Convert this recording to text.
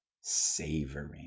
savoring